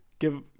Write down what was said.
give